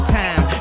time